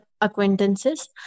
acquaintances